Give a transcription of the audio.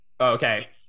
okay